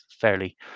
fairly